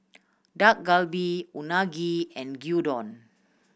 Dak Galbi Unagi and Gyudon